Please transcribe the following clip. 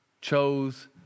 chose